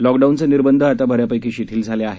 लॉकडाऊनचे निर्बंध आता बऱ्यापक्षी शिथिल झाले आहेत